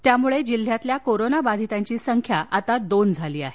त्यामुळं जिल्ह्यातल्या कोरोना बाधितांची संख्या दोन झाली आहे